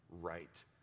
right